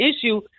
issue